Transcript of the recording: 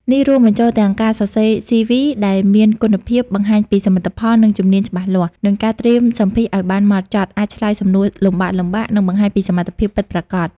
នេះរួមបញ្ចូលទាំងការសរសេរ CV ដែលមានគុណភាព បង្ហាញពីសមិទ្ធផល និងជំនាញច្បាស់លាស់ និងការត្រៀមសម្ភាសន៍ឲ្យបានម៉ត់ចត់ (អាចឆ្លើយសំណួរលំបាកៗ និងបង្ហាញពីសមត្ថភាពពិតប្រាកដ)។